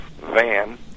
van